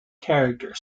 character